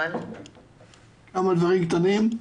כמה דברים קטנים.